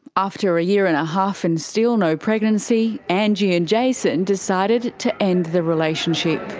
after a year and half and still no pregnancy angie and jason decided to end the relationship.